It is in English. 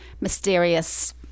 mysterious